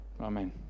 Amen